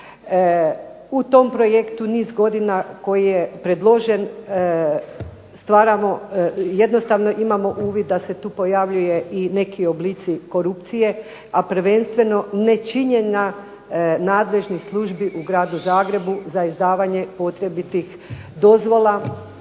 U tom projektu niz godina koji je predložen stvaramo, jednostavno imamo uvid da se tu pojavljuju i neki oblici korupcije, a prvenstveno nečinjenja nadležnih službi u Gradu Zagrebu za izdavanje potrebitih dozvola